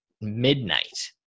midnight